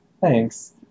Thanks